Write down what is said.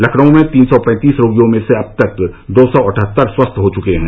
लखनऊ में तीन सौ पैंतीस रोगियों में से अब तक दो सौ अठत्तर स्वस्थ हो चुके हैं